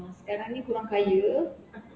sekarang ni kurang kaya